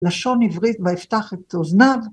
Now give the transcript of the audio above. ‫לשון עברית ויפתח את אוזניו.